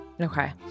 Okay